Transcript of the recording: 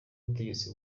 ubutegetsi